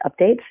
updates